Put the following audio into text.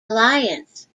alliance